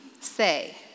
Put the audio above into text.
say